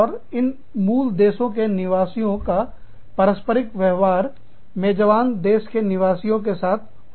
और इन मूल देशों के निवासियों का पारस्परिक व्यवहार मेजबान देश के निवासियों के साथ में होता है